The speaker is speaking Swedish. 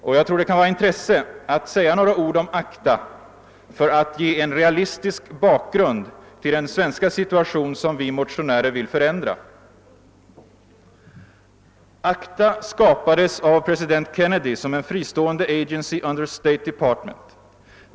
Jag tror att det kan vara av intresse att säga några ord om ACDA för att ge en realistisk bakgrund till den svenska situation som vi motionärer vill förändra. dy som en fristående byrå under State Departement.